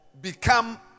become